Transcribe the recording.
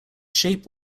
shape